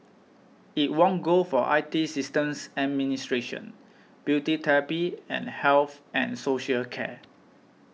it won gold for I T systems administration beauty therapy and health and social care